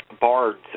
bards